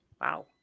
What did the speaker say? wow